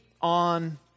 on